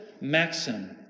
Maxim